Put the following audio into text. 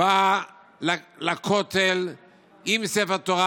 בא לכותל עם ספר תורה,